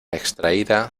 extraída